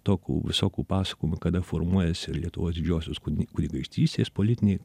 tokių visokių paskojimų kada formuojasi ir lietuvos didžiosios kuni kunigaikštystės politinė